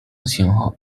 型号